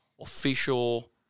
official